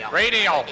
radio